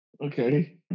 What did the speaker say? Okay